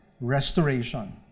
restoration